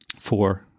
Four